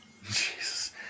Jesus